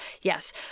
Yes